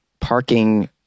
parking